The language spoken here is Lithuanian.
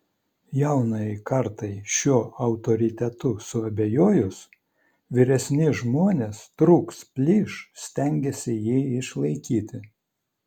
jaunajai kartai šiuo autoritetu suabejojus vyresni žmonės trūks plyš stengiasi jį išlaikyti